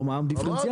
או מע"מ דיפרנציאלי.